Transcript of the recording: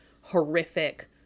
horrific